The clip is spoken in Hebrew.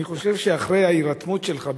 אני חושב שאחרי ההירתמות שלך,